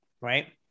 Right